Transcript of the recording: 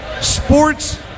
sports